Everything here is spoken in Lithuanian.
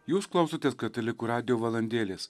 jūs klausotės katalikų radijo valandėlės